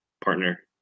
partner